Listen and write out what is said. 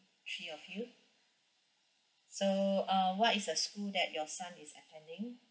three of you so uh what is a school that your son is attending